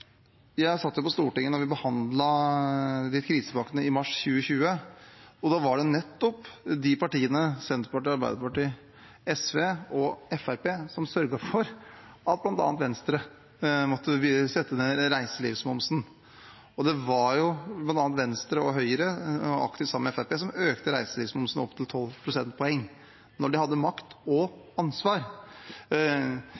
Jeg satt på Stortinget da vi behandlet krisepakkene i mars 2020, og da var det nettopp Senterpartiet, Arbeiderpartiet, SV og Fremskrittspartiet som sørget for at bl.a. Venstre måtte sette ned reiselivsmomsen. Det var Venstre og Høyre som aktivt sammen med Fremskrittspartiet økte reiselivsmomsen opp til 12 pst. da de hadde makt